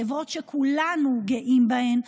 חברות שכולנו גאים בהן,